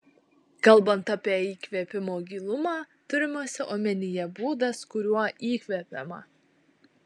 kalbant apie įkvėpimo gilumą turimas omenyje būdas kuriuo įkvepiama